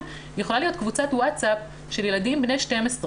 שיכולה להיות קבוצת ווצאפ של ילדים בני 12,